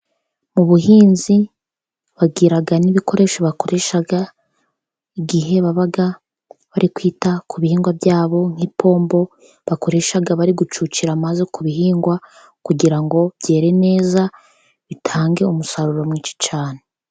Mu buhinzi bagira n'ibikoresho bakoresha igihe baba bari kwita ku bihingwa byabo, nk'ipombo bakoresha bari gucucira amazi ku bihingwa, kugira ngo byere neza bitange umusaruro mwinshi cyane.